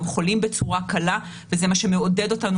הם חולים בצורה קלה וזה מה שמעודד אותנו